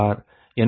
எனவே CPg12